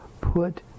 put